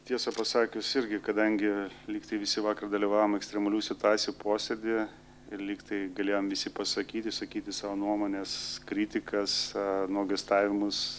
tiesą pasakius irgi kadangi lyg tai visi vakar dalyvavom ekstremalių situacijų posėdyje ir lyg tai galėjom visi pasakyti išsakyti savo nuomones kritikas nuogąstavimus